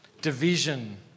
division